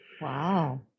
Wow